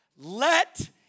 Let